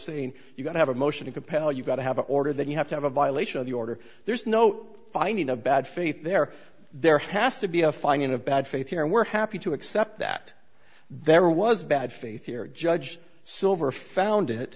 saying you can have a motion to compel you've got to have an order that you have to have a violation of the order there's no finding a bad faith there there has to be a finding of bad faith here and we're happy to accept that there was bad faith here judge silver found